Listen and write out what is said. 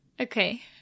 Okay